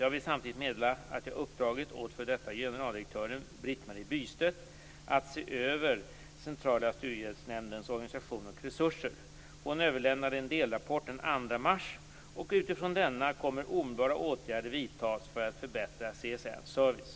Jag vill samtidigt meddela att jag uppdragit åt f.d. generaldirektör Britt-Marie Bystedt att se över CSN:s organisation och resurser. Hon överlämnade en delrapport den 2 mars, och utifrån denna kommer omedelbara åtgärder att vidtas för att förbättra CSN:s service.